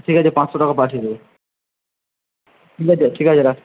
ঠিক আছে পাঁচশো টাকা পাঠিয়ে দেব ঠিক আছে ঠিক আছে রাখছি